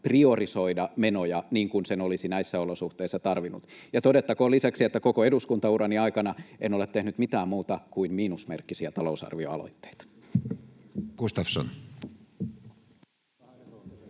priorisoida menoja, niin kuin olisi näissä olosuhteissa tarvinnut. Todettakoon lisäksi, että koko eduskuntaurani aikana en ole tehnyt mitään muuta kuin miinusmerkkisiä talousarvioaloitteita. [Speech